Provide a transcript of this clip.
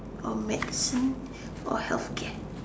or medicine or healthcare